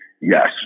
yes